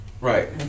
Right